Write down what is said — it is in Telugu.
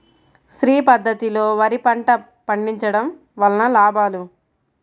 శ్రీ పద్ధతిలో వరి పంట పండించడం వలన లాభాలు?